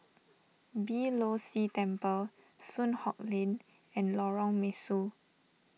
Beeh Low See Temple Soon Hock Lane and Lorong Mesu